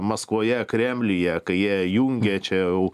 maskvoje kremliuje kai jie jungia čia jau